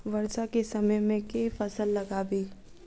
वर्षा केँ समय मे केँ फसल लगाबी?